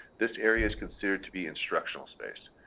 this area is considered to be instructional space.